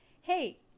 hey